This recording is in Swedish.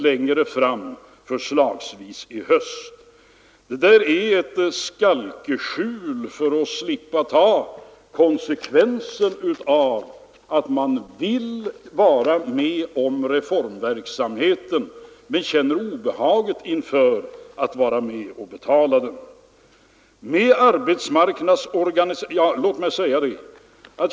Det där är ett skalkeskjul för att slippa ta konsekvensen av att man vill vara med om reformverksamheten men känner obehag inför att vara med och betala den.